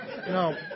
No